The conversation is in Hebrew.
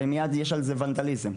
ומייד יש בו ונדליזם,